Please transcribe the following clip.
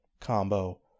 combo